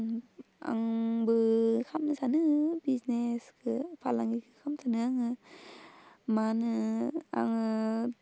आंबो खालामनो सानो बिजनेसखौ फालांगि खालामफिननो आङो मानो आङो